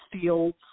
fields